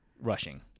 Rushing